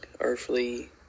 earthly